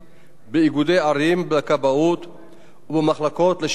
ובמחלקות לשירותי כבאות בכמה רשויות בודדות.